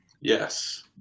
Yes